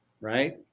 right